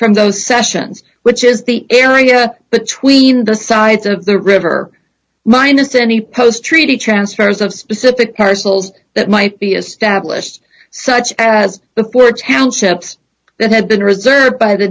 from those sessions which is the area between the sides of the river minus any post treaty transfers of specific parcels that might be established such as before townships that have been reserved by the